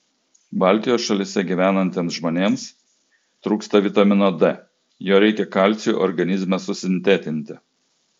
baltijos šalyse gyvenantiems žmonėms trūksta vitamino d jo reikia kalciui organizme susintetinti